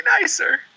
nicer